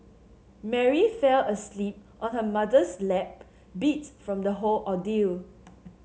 Mary fell asleep on her mother's lap beat from the whole ordeal